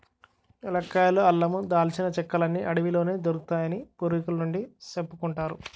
ఏలక్కాయలు, అల్లమూ, దాల్చిన చెక్కలన్నీ అడవిలోనే దొరుకుతాయని పూర్వికుల నుండీ సెప్పుకుంటారు